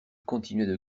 continuaient